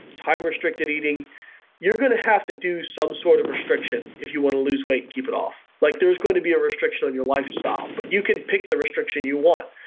time-restricted eating you're going to have to do some sort of restriction if you want to lose weight and keep it off. like there is going to be a restriction on your lifestyle, but you can pick the restriction you want.